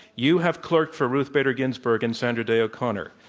you haveclerked for ruth bader ginsburg and sandra day o'connor.